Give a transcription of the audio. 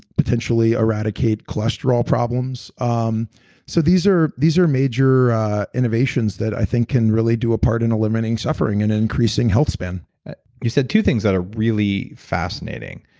potentially eradicate cholesterol problems. um so these are these are major innovations that i think can really do a part in eliminating suffering and increasing health span you said two things that are really fascinating.